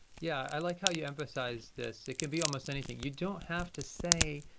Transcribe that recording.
yeah, i like how you emphasize this, it can be almost anything. you don't have to say,